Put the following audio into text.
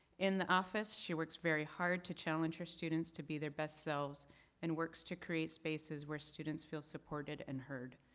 in the office she works very hard to challenge her students to be their best selves and works to create spaces where students feel supported and heard.